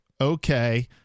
okay